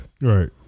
Right